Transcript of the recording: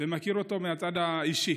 מכיר אותו מהצד האישי.